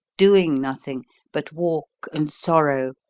doing nothing but walk and sorrow,